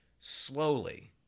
slowly